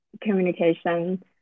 communication